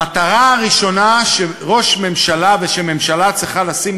המטרה הראשונה שראש ממשלה ושממשלה צריכים לשים